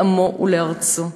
לעמו ולארצו.